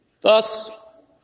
Thus